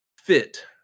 fit